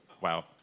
Wow